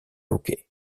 hockey